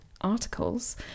articles